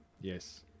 Yes